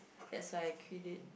that's why I quit it